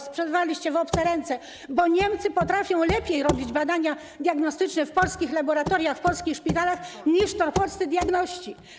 Sprzedawaliście w obce ręce, bo Niemcy potrafią lepiej robić badania diagnostyczne w polskich laboratoriach, w polskich szpitalach niż polscy diagności.